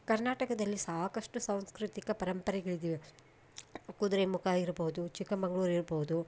ಕರ್ನಾಟಕದಲ್ಲಿ ಸಾಕಷ್ಟು ಸಾಂಸ್ಕೃತಿಕ ಪರಂಪರೆಗಳಿದವೆ ಕುದುರೆಮುಖ ಇರ್ಬೋದು ಚಿಕ್ಕಮಂಗ್ಳೂರು ಇರ್ಬೋದು